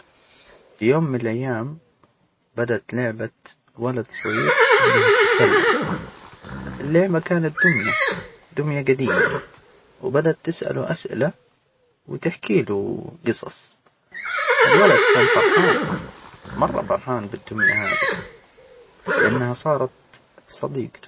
في يوم من الأيام، بدت لعبة ولد صغير، إنها تتكلم. اللعبة كانت دمية -دمية جديمة، وبدأت تسأله أسئلة، وتحكي له جصص. الولد كان فرحان مرة فرحان بالدمية هذي، لأنها صارت صديجته.